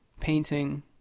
painting